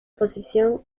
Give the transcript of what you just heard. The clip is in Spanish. posición